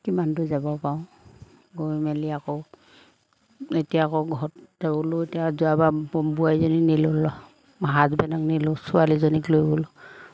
কিমানটো যাব পাৰোঁ গৈ মেলি আকৌ এতিয়া আকৌ ঘৰত তেওলো এতিয়া যোৱাবাৰ বোৱাৰীজনী নিলোঁ হাজবেণ্ডক নিলোঁ ছোৱালীজনীক লৈ গ'লোঁ